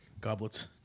goblets